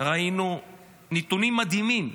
ראינו נתונים מדהימים,